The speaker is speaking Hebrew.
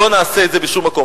לא נעשה את זה בשום מקום.